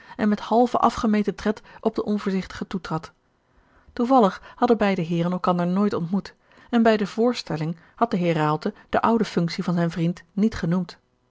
en met halven afgemeten tred op den onvoorzigtige toetrad toevallig hadden beide heeren elkander nooit ontmoet en bij de voorstelling had de heer raalte de oude functie van zijn vriend niet genoemd